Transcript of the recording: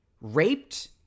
raped